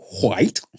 White